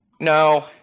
No